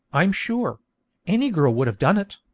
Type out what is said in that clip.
i'm sure any girl would have done it